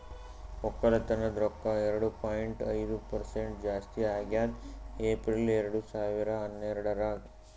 ಒಕ್ಕಲತನದ್ ರೊಕ್ಕ ಎರಡು ಪಾಯಿಂಟ್ ಐದು ಪರಸೆಂಟ್ ಜಾಸ್ತಿ ಆಗ್ಯದ್ ಏಪ್ರಿಲ್ ಎರಡು ಸಾವಿರ ಹನ್ನೆರಡರಾಗ್